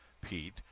pete